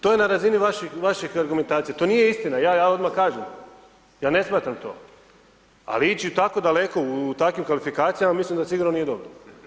To je na razini vaših argumentacija, to nije istina, ja odmah kažem, ja ne smatram to ali ići tako daleko u takvim kvalifikacijama mislim da sigurno nije dobro.